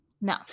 no